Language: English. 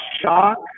shock